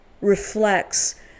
reflects